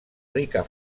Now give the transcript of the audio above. rica